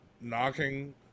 knocking